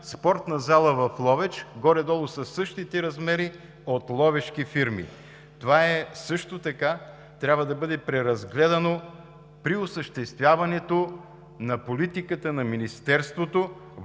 спортна зала в Ловеч, горе-долу със същите размери, от ловешки фирми. Това също така трябва да бъде преразгледано при осъществяването на политиката на Министерството